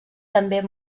també